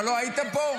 אתה לא היית פה?